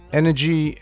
energy